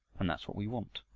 and that's what we want.